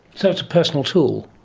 so it's a personal tool.